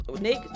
Nick